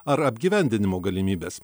ar apgyvendinimo galimybes